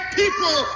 people